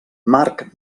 marc